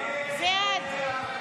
הסתייגות 423 לא נתקבלה.